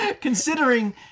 Considering